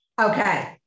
Okay